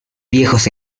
viejos